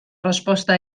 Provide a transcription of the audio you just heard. resposta